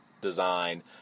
design